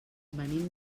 venim